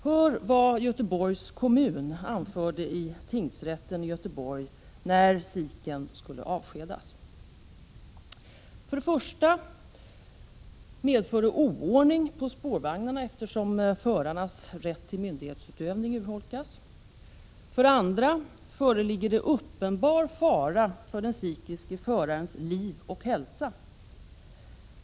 Hör vad Göteborgs kommun anförde i tingsrätten i Göteborg när sikhen skulle avskedas: För det första medför det oordning på spårvagnarna, eftersom förarnas rätt till myndighetsutövning urholkas. För det andra föreligger uppenbar fara för den sikhiske förarens liv och hälsa.